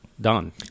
done